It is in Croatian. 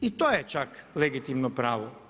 I to je čak legitimno pravo.